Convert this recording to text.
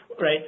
right